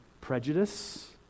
prejudice